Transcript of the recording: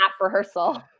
rehearsal